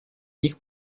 них